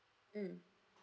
mm